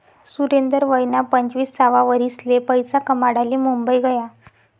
सुरेंदर वयना पंचवीससावा वरीसले पैसा कमाडाले मुंबई गया